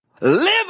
live